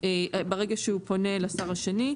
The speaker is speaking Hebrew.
ברגע שהוא פונה לשר השני,